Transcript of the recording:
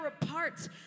apart